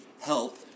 help